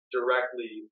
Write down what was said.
Directly